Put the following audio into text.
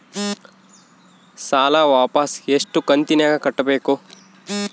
ಸಾಲ ವಾಪಸ್ ಎಷ್ಟು ಕಂತಿನ್ಯಾಗ ಕಟ್ಟಬೇಕು?